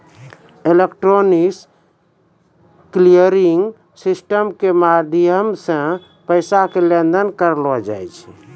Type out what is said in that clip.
electronic clearing system के माध्यमो से पैसा के लेन देन करलो जाय छै